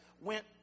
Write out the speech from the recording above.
went